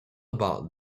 about